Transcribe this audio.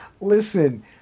listen